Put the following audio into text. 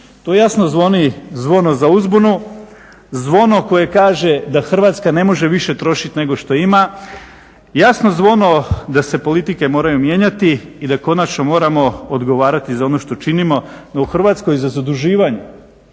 To jasno zvoni zvono za uzbunu, zvono koje kaže da Hrvatska ne može više trošiti nego što ima, jasno zvono da se politike moraju mijenjati i da konačno moramo odgovarati za ono što činimo. No u Hrvatskoj i za zaduživanje